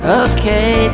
okay